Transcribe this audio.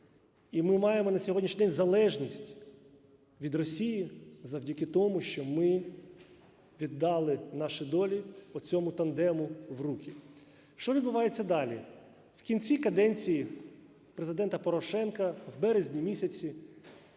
І ми маємо на сьогоднішній день залежність від Росії завдяки тому, що ми віддали наші долі оцьому тандему в руки. Що відбувається далі. В кінці каденції Президента Порошенка, в березні місяці,